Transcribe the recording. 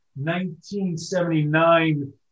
1979